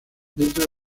dentro